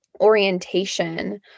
orientation